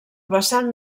vessant